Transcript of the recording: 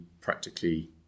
practically